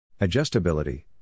Adjustability